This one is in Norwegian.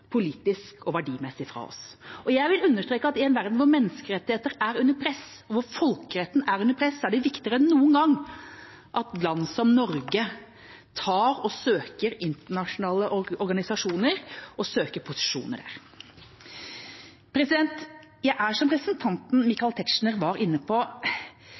fra oss verdimessig og politisk. Jeg vil understreke at i en verden hvor menneskerettigheter er under press, og hvor folkeretten er under press, er det viktigere enn noen gang at land som Norge tar og søker posisjoner i internasjonale organisasjoner. Jeg er, som representanten Michael Tetzschner var inne på,